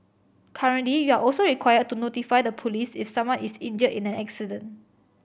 currently you're also required to notify the police if someone is injured in an accident